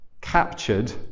captured